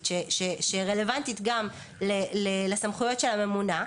שרלוונטית גם לסמכויות של הממונה,